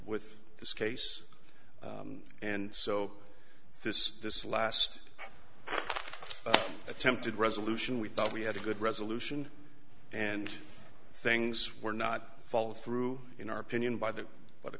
with this case and so this this last attempted resolution we thought we had a good resolution and things were not follow through in our opinion by the by the